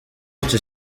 icyo